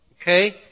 Okay